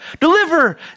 deliver